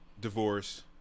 divorce